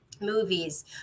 movies